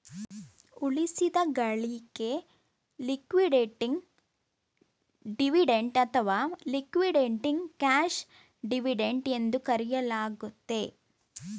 ಉಳಿಸಿದ ಗಳಿಕೆ liquidating dividend ಅಥವಾ ಲಿಕ್ವಿಡೇಟಿಂಗ್ ಕ್ಯಾಶ್ ಡಿವಿಡೆಂಡ್ ಎಂದು ಕರೆಯಲಾಗುತ್ತೆ